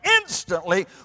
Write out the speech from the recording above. instantly